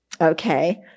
Okay